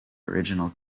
original